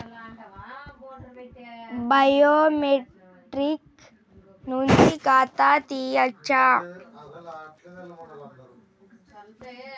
Biometric నుంచి ఖాతా తీయచ్చా?